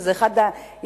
וזה אחד היצרים,